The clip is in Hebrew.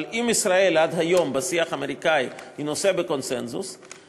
אבל אם ישראל עד היום היא נושא בקונסנזוס בשיח האמריקני,